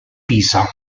pisa